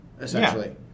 essentially